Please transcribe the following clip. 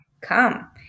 come